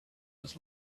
was